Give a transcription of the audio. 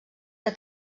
que